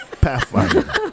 Pathfinder